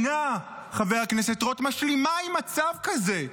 חבר הכנסת רוט, איזו מדינה משלימה עם מצב כזה?